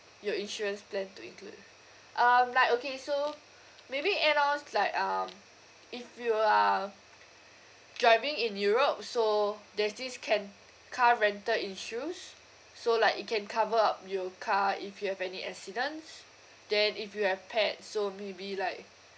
your insurance plan to include um like okay so maybe add ons like um if you are driving in europe so there's this can car rental insurance so like it can cover up your car if you have any accidents then if you have pets so maybe like